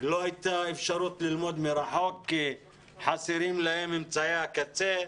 לא הייתה אפשרות ללמוד מרחוק כי חסרים להם אמצעי הקצה,